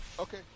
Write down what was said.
Okay